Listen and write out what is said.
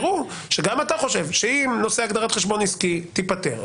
הראו שגם אתה חושב שאם נושא הגדרת חשבון עסקי תיפתר,